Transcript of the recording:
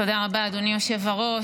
תודה רבה, אדוני היושב-ראש.